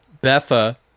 Betha